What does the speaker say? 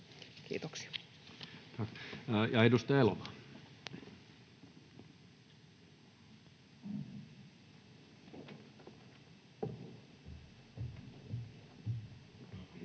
kiitoksista, edustaja Elomaa,